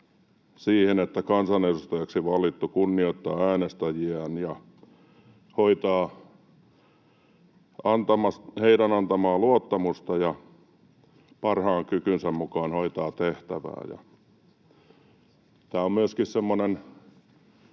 että kansanedustajaksi valittu kunnioittaa äänestäjiään ja heidän antamaa luottamusta ja parhaan kykynsä mukaan hoitaa tehtävää. Tämä on myöskin semmoinen